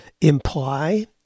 imply